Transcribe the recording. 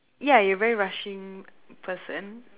ya you very rushing person